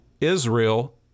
Israel